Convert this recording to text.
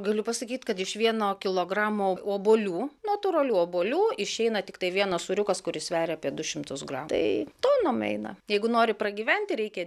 galiu pasakyt kad iš vieno kilogramo obuolių natūralių obuolių išeina tiktai vienas sūriukas kuris sveria apie du šimtus gramų tai tonom eina jeigu nori pragyventi reikia